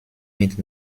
mit